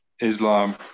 islam